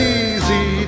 easy